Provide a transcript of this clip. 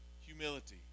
humility